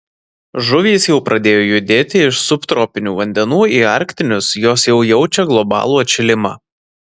žuvys jau pradėjo judėti iš subtropinių vandenų į arktinius jos jau jaučia globalų atšilimą